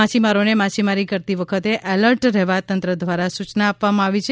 માછીમારોને માછીમારી કરતી વખતે એલર્ટ રહેવા તંત્ર દ્વારા સુચના આપવામાં આવી છે